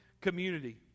community